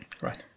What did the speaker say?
Right